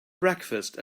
breakfast